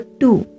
two